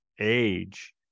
age